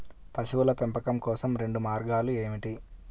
పశువుల పెంపకం కోసం రెండు మార్గాలు ఏమిటీ?